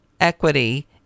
equity